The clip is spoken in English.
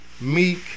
Meek